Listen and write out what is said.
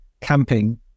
camping